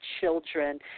children